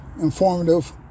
informative